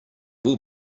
will